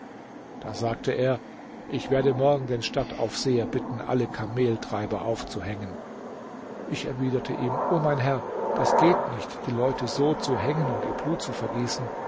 da sagte er ich werde morgen den stadtaufseher bitten alle kameltreiber aufzuhängen ich erwiderte ihm o mein herr das geht nicht die leute so zu hängen und ihr blut zu vergießen